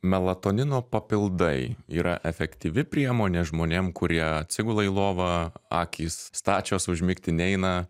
melatonino papildai yra efektyvi priemonė žmonėm kurie atsigula į lovą akys stačios užmigti neina